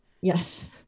yes